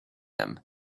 them